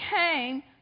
came